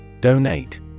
Donate